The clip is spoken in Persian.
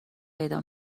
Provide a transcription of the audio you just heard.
پیدا